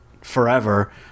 forever